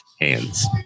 Hands